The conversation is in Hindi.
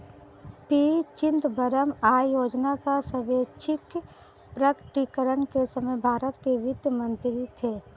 पी चिदंबरम आय योजना का स्वैच्छिक प्रकटीकरण के समय भारत के वित्त मंत्री थे